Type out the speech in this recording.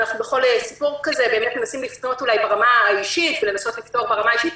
בכל סיפור כזה אנחנו מנסים לפנות ברמה האישית ולנסות לפתור ברמה האישית,